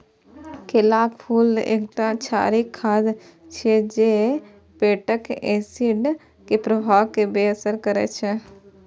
केलाक फूल एकटा क्षारीय खाद्य छियै जे पेटक एसिड के प्रवाह कें बेअसर करै छै